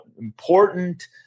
important